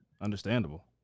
understandable